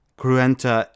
cruenta